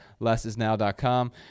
Lessisnow.com